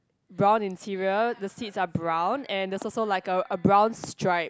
brown interior the seats are brown and there's also like a a brown stripe